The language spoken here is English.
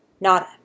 nada